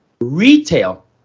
Retail